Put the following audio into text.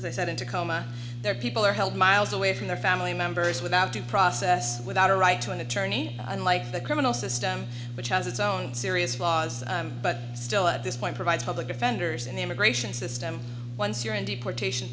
i said in tacoma there people are held miles away from their family members without due process without a right to an attorney unlike the criminal system which has its own serious flaws but still at this point provides public defenders in the immigration system once you're in deportation